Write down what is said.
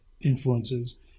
influences